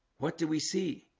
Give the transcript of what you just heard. what do we? see